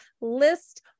list